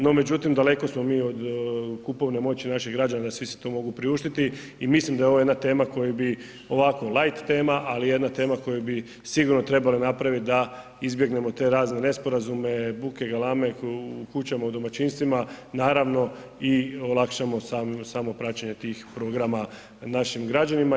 No međutim, daleko smo mi od kupovne moći naših građana da si svi to mogu priuštiti i mislim da je ovo jedna tema koju bi ovako light tema ali jedna tema koju bi sigurno trebali napraviti da izbjegnemo te razne nesporazume, buke, galame u kućama u domaćinstvima i olakšamo samo praćenje tih programa našim građanima.